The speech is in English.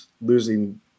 losing